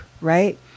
right